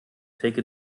take